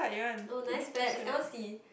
oh nice specs I want see